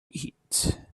eat